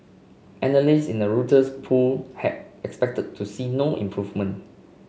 analysts in a Reuters poll had expected to see no improvement